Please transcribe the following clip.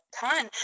ton